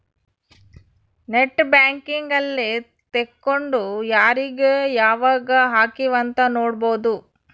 net banking ಅಲ್ಲೆ ತೆಕ್ಕೊಂಡು ಯಾರೀಗ ಯಾವಾಗ ಹಕಿವ್ ಅಂತ ನೋಡ್ಬೊದು